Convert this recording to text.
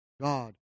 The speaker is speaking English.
God